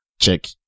Check